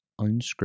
unscripted